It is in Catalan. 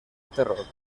terror